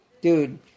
dude